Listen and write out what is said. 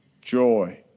joy